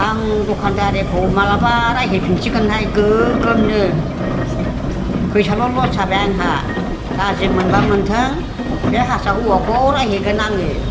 आं दखानदारिखौ माब्लाबा रायहैफिनसिगोनहाय गोग्गोमनो फैसाल' लस जाबाय आंहा गाज्रि मोनबा मोनथों बे हारसा हौवाखौ रायहैगोन आङो